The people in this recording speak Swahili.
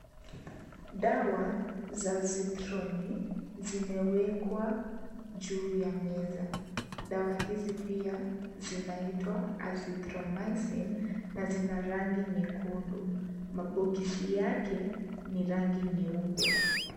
Dawa za Cythroni zimewekwa juu ya meza. Dawa hizi pia zinaitwa Acythromycin na zina rangi nyekundu. Maboksi yake ni ya rangi nyeupe.